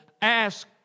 ask